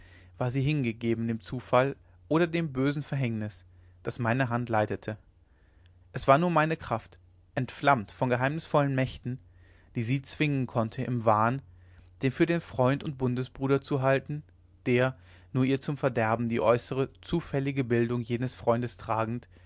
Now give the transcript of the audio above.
war sie hingegeben dem zufall oder dem bösen verhängnis das meine hand leitete es war nur meine kraft entflammt von geheimnisvollen mächten die sie zwingen konnte im wahn den für den freund und bundesbruder zu halten der nur ihr zum verderben die äußere zufällige bildung jenes freundes tragend